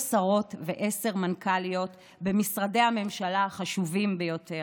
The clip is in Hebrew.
שרות ועשר מנכ"ליות במשרדי הממשלה החשובים ביותר.